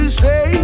say